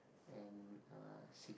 and uh six